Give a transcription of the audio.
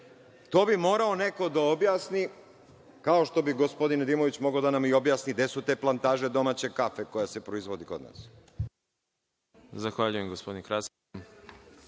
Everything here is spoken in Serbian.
To bi morao neko da objasni, kao što bi gospodin Nedimović mogao da objasni gde su te plantaže domaće kafe koja se proizvodi kod nas.